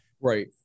Right